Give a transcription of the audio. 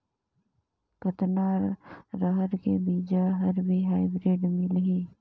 कतना रहर के बीजा हर भी हाईब्रिड मिलही?